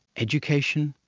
education,